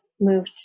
moved